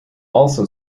also